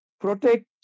protect